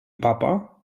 papa